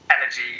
energy